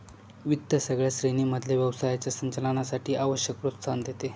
वित्त सगळ्या श्रेणी मधल्या व्यवसायाच्या संचालनासाठी आवश्यक प्रोत्साहन देते